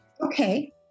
okay